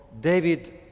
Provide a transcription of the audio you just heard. David